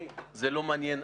זה לא מעניין.